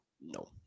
No